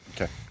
Okay